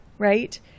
right